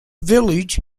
village